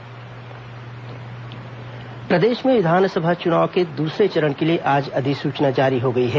दूसरा चरण अधिसूचना प्रदेश में विधानसभा चुनाव के दूसरे चरण के लिए आज अधिसूचना जारी हो गई है